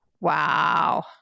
Wow